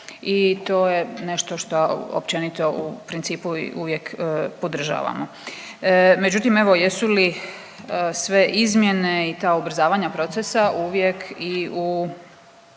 i to je nešto šta općenito u principu uvijek podržavamo. Međutim, evo jesu li sve izmjene i ta ubrzavanja procesa uvijek i u